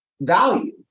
value